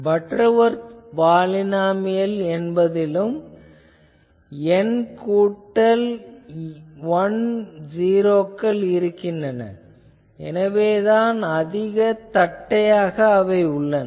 Butterworth பாலினாமியல் என்பதிலும் n கூட்டல் 1 ஜீரோக்கள் இருக்கின்றன எனவேதான் அவை அதிக தட்டையாக உள்ளன